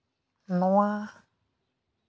ᱱᱚᱣᱟ